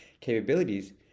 capabilities